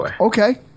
okay